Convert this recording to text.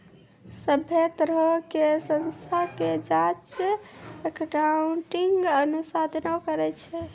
सभ्भे तरहो के संस्था के जांच अकाउन्टिंग अनुसंधाने करै छै